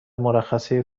مرخصی